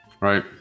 right